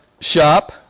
shop